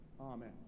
amen